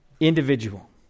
individual